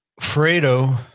Fredo